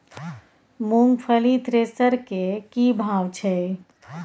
मूंगफली थ्रेसर के की भाव छै?